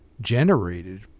generated